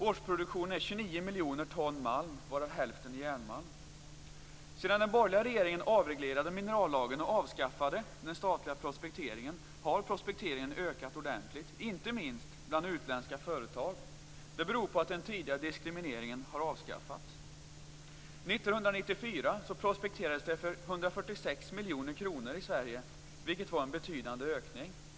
Årsproduktionen är 29 miljoner ton malm, varav hälften järnmalm. Sedan den borgerliga regeringen avreglerade minerallagen och avskaffade den statliga prospekteringen har prospekteringen ökat ordentligt, inte minst bland utländska företag. Det beror på att den tidigare diskrimineringen avskaffats. År 1994 prospekterades det för 146 miljoner kronor i Sverige, vilket var en betydande ökning mot tidigare.